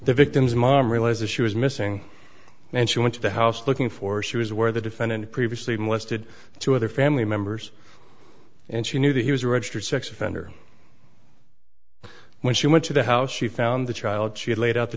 the victim's mom realized that she was missing and she went to the house looking for she was where the defendant previously molested two other family members and she knew that he was a registered sex offender when she went to the house she found the child she had laid out the